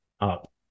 up